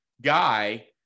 guy